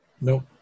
Nope